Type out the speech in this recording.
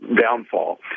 downfall